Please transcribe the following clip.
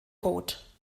roth